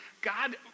God